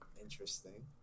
interesting